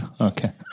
Okay